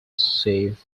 save